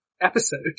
episode